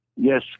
Yes